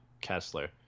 Kessler